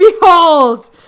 Behold